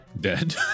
dead